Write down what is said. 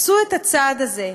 עשו את הצעד הזה.